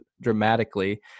dramatically